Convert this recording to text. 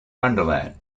wonderland